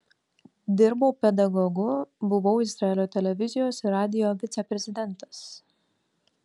dirbau pedagogu buvau izraelio televizijos ir radijo viceprezidentas